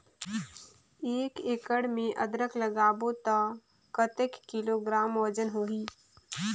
एक एकड़ मे अदरक लगाबो त कतेक किलोग्राम वजन होही?